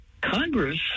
Congress